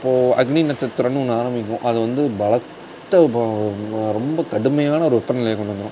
இப்போது அக்னி நட்சத்திரம்னு ஒன்று ஆரம்பிக்கும் அது வந்து பலத்த ரொம்ப கடுமையான ஒரு வெப்பநிலை கொண்டு வந்துடும்